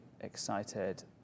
excited